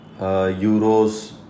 Euros